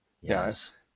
Yes